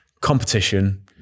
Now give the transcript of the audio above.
competition